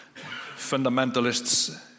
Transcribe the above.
fundamentalists